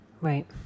Right